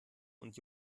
und